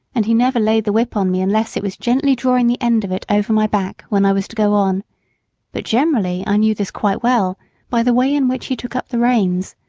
and he never laid the whip on me unless it was gently drawing the end of it over my back when i was to go on but generally i knew this quite well by the way in which he took up the reins,